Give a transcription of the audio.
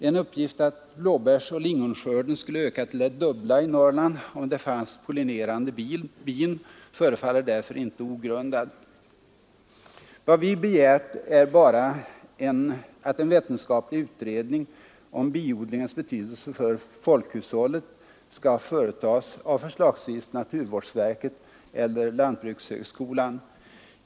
En uppgift att blåbärsoch lingonskörden skulle 24 april 1974 ökas till det dubbla i Norrland, om det fanns pollinerande bin, förefaller nn därför inte ogrundad. Vad vi begärt är att en vetenskaplig utredning om biodlingens betydelse för folkhushållet skall företas av förslagsvis naturvårdsverket eller lantbrukshögskolan.